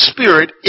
Spirit